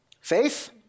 Faith